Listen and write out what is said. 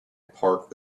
park